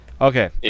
Okay